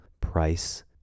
Price